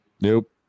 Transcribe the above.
Nope